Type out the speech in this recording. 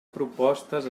propostes